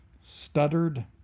stuttered